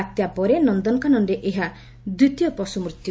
ବାତ୍ୟା ପରେ ନନକାନନରେ ଏହା ଦିତୀୟ ପଶୁ ମୃତ୍ୟୁ